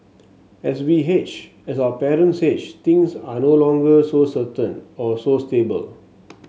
as we age as our parents age things are no longer so certain or so stable